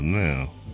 now